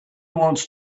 wants